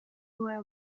were